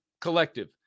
Collective